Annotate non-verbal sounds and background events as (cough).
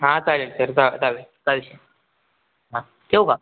हां (unintelligible) हां ठेऊ का